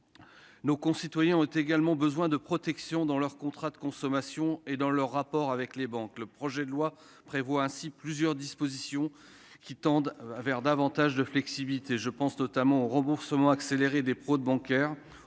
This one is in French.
Nos concitoyens ont également besoin de protection au niveau de leurs contrats de consommation et dans leurs rapports avec les banques. Le projet de loi comporte ainsi plusieurs dispositions qui apportent davantage de souplesse. Je pense notamment au remboursement accéléré des fraudes bancaires,